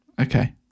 Okay